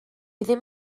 ddim